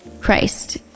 Christ